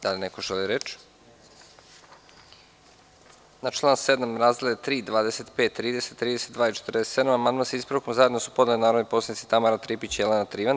Da li neko želi reč? (Ne) Na član 7. razdele 3, 25, 30, 32 i 47 amandman sa ispravkom zajedno su podnele narodni poslanici Tamara Tripić i Jelena Trivan.